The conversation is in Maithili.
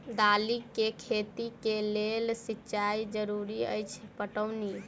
दालि केँ खेती केँ लेल सिंचाई जरूरी अछि पटौनी?